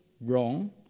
wrong